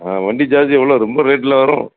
ஆ வண்டி சார்ஜு எவ்வளோ ரொம்ப ரேட்டெலாம் வரும்